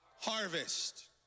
Harvest